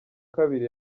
kabiri